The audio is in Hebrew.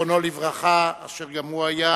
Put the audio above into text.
זיכרונו לברכה, אשר גם הוא היה